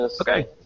Okay